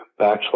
backslash